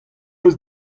eus